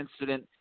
incident